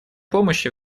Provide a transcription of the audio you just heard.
помощи